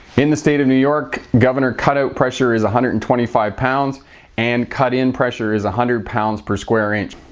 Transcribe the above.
in the state of new york, governor cut-out pressure is a hundred and twenty-five pounds and cut-in pressure is a hundred pounds per square inch.